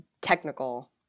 technical